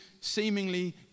seemingly